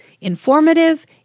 Informative